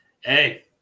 Hey